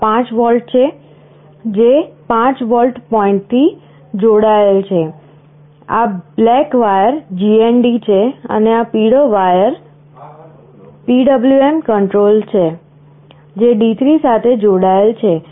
આ 5 વોલ્ટ છે જે 5 વોલ્ટ પોઇન્ટથી જોડાયેલ છે આ બ્લેક વાયર GND છે અને આ પીળો વાયર PWM કન્ટ્રોલ છે જે D3 સાથે જોડાયેલ છે